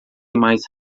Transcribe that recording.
mais